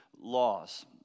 laws